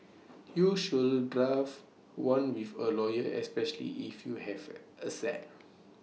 you should draft one with A lawyer especially if you have assets